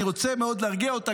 אני רוצה מאוד להרגיע אותה.